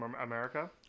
America